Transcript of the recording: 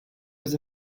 was